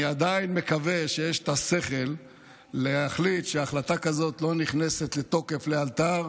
אני עדיין מקווה שיש את השכל להחליט שהחלטה כזו לא נכנסת לתוקף לאלתר,